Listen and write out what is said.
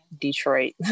detroit